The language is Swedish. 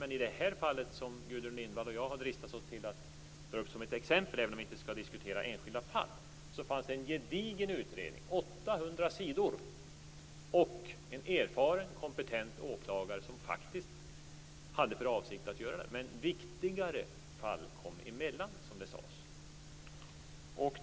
Men i det fall som Gudrun Lindvall och jag har dristat oss till att dra upp som ett exempel, även om vi inte skall diskutera enskilda fall, fanns det en gedigen utredning på 800 sidor och en erfaren, kompetent åklagare som faktiskt hade för avsikt att göra något. Men viktigare fall kom emellan sades det.